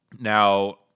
now